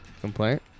complaint